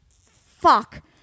fuck